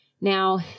Now